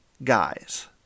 Guys